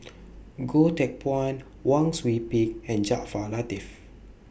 Goh Teck Phuan Wang Sui Pick and Jaafar Latiff